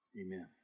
Amen